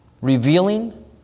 revealing